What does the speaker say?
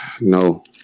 no